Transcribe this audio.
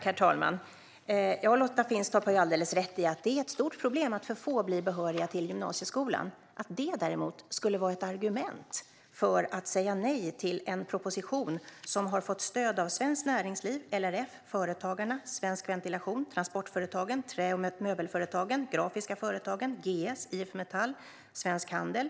Herr talman! Lotta Finstorp har alldeles rätt i att det är ett stort problem att för få blir behöriga till gymnasieskolan. Men hur kan det vara ett argument för att säga nej till en proposition som har fått stöd av Svenskt Näringsliv, LRF, Företagarna, Svensk Ventilation, Transportföretagen, Trä och Möbelföretagen, Grafiska Företagen, GS, IF Metall och Svensk Handel?